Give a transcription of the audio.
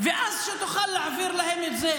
ואז תוכל להעביר להם את זה.